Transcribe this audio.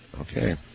Okay